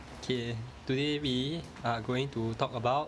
okay today we are going to talk about